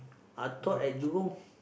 I thought at Jurong